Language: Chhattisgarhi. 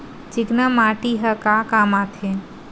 चिकना माटी ह का काम आथे?